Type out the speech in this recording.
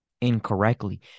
incorrectly